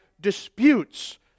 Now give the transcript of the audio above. disputes